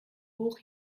hoch